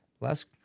last